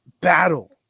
battle